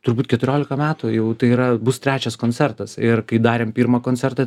turbūt keturiolika metų jau tai yra bus trečias koncertas ir kai darėm pirmą koncertą